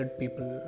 people